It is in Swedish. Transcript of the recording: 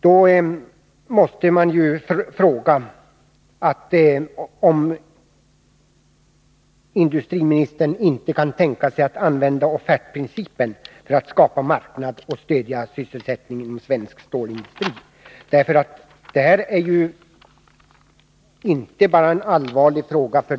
Därför måste jag fråga om industriministern inte kan tänka sig att använda offertprincipen för att skapa marknader och stödja sysselsättningen inom svensk stålindustri. Det här är en allvarlig fråga.